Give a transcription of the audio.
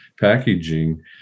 packaging